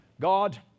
God